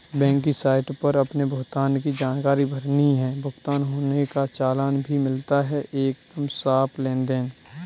bank की site पर अपने भुगतान की जानकारी भरनी है, भुगतान होने का चालान भी मिलता है एकदम साफ़ लेनदेन